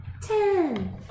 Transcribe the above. Ten